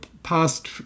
past